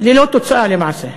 ללא תוצאה למעשה.